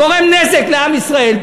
גורם נזק לעם ישראל,